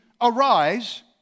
arise